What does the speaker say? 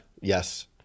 Yes